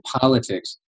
politics